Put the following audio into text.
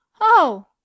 Oh